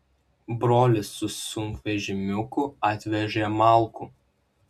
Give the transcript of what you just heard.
brolis su sunkvežimiuku atvežė malkų